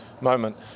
moment